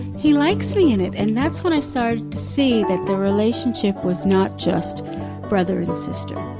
he likes me in it. and that's when i started to see that the relationship was not just brother and sister.